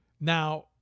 Now